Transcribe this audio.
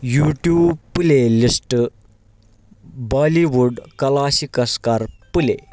YouTube playlist Bollywood classics کر پٕلے